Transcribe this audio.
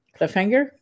cliffhanger